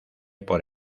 por